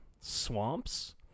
swamps